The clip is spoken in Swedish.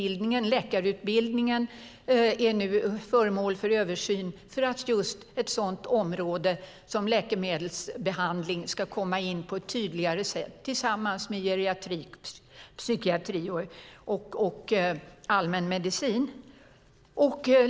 Läkarutbildningen är nu föremål för översyn för att just ett sådant område som läkemedelsbehandling ska komma in på ett tydligare sätt, tillsammans med geriatrik, psykiatri och allmänmedicin.